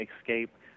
escape